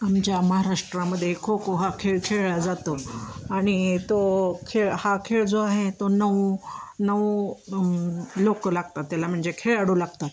आमच्या महाराष्ट्रामध्ये खोखो हा खेळ खेळला जातो आणि तो खेळ हा खेळ जो आहे तो नऊ नऊ लोकं लागतात त्याला म्हणजे खेळाडू लागतात